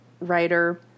writer